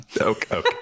okay